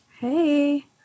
Hey